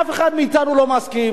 אף אחד מאתנו לא מסכים.